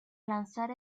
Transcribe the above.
lanzar